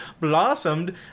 blossomed